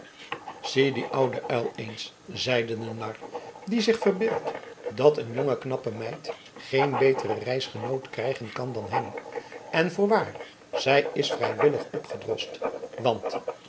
uil eens zeide de nar die zich verbeeldt dat een jonge knappe meid geen beteren reisgenoot krijgen kan dan hem en voorwaar zij is vrijwillig opgedrost want